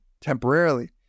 temporarily